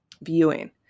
viewing